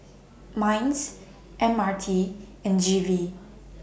Minds M R T and G V